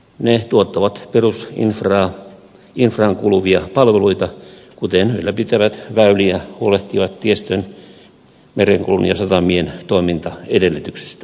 ne tuottavat perusinfraan kuuluvia palveluita kuten ylläpitävät väyliä huolehtivat tiestön merenkulun ja satamien toimintaedellytyksistä